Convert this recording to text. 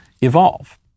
evolve